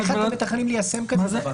איך אתם מתכננים ליישם כזה דבר?